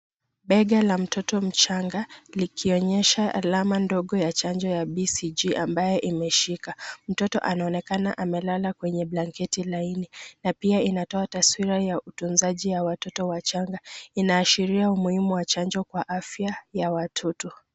Bega la mtoto mchanga likionyesha alama ndogo ya chanjo ya BCG ambayo imeshika, mtoto anaonekana ame lala kwenye blanketi laini na pia ina toa taswira ya utunzaji ya watoto wachanga, ina ashiria umuhimu wa chanjo ya afya kwa watoto.